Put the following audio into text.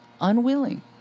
Unwilling